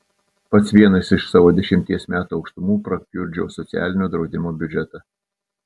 pats vienas iš savo dešimties metų aukštumų prakiurdžiau socialinio draudimo biudžetą